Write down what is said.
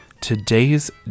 Today's